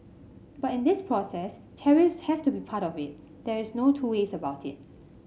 but in this process tariffs have to be part of it there's no two ways about it